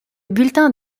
bulletin